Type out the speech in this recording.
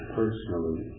personally